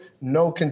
No